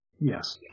Yes